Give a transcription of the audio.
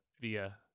via